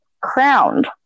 crowned